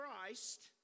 Christ